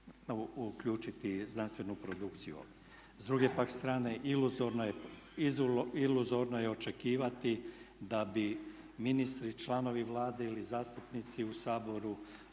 uključiti znanstvenu produkciju ovdje. S druge pak strane, iluzorno je očekivati da bi ministri, članovi Vlade ili zastupnici u Saboru